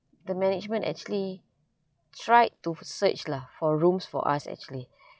the management actually tried to search lah for rooms for us actually